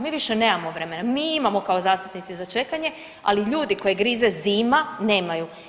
Mi više nemamo vremena, mi imamo kao zastupnici za čekanje, ali ljudi koje grize zima nemaju.